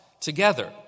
together